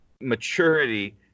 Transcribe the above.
maturity